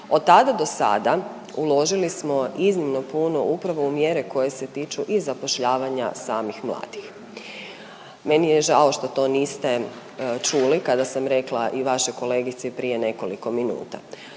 Od tada do sada uložili smo iznimno puno upravo u mjere koje se tiču i zapošljavanja samih mladih. Meni je žao što to niste čuli kada sam rekla i vašoj kolegici prije nekoliko minuta.